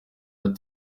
bati